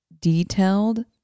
detailed